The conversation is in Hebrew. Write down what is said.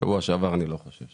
שבוע שעבר אני לא חושב.